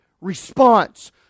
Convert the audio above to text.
response